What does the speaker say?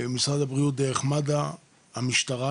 משרד הבריאות דרך מד"א, המשטרה